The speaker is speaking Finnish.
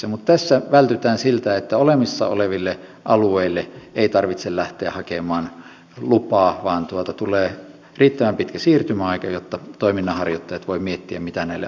mutta tässä vältytään siltä että olemassa oleville alueille ei tarvitse lähteä hakemaan lupaa vaan tulee riittävän pitkä siirtymäaika jotta toiminnan harjoittajat voivat miettiä mitä näille alueille tehdään